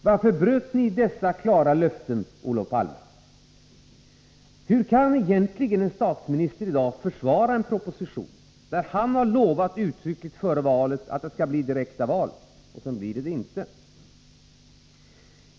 Varför bröt ni dessa klara löften, Olof Palme? Hur kan egentligen en statsminister i dag försvara en proposition, när han har uttryckligt lovat före valet att det skall bli direkta val och det sedan inte blir det?